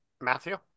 Matthew